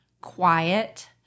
quiet